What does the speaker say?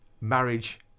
marriage